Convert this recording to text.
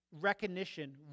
recognition